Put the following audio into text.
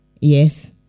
Yes